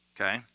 okay